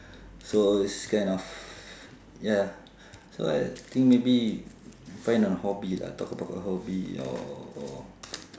so it's kind of ya so I think maybe find a hobby lah talk about your hobby or or